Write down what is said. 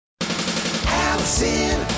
Allison